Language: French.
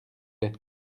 plait